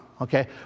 Okay